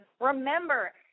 remember